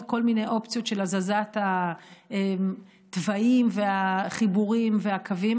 כל מיני אופציות של הזזת התוואים והחיבורים והקווים,